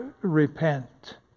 repent